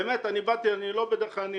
אני באתי, בדרך כלל אני